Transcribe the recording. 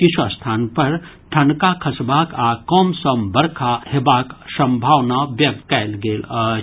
किछु स्थान पर ठनका खसबाक आ कमसम बरखा हैबाक संभावना व्यक्त कयल गेल अछि